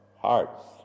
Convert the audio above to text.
hearts